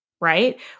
right